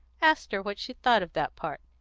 asked her what she thought of that part,